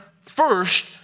first